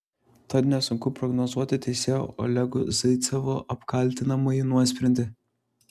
tad nesunku prognozuoti teisėjo olego zaicevo apkaltinamąjį nuosprendį